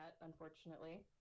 unfortunately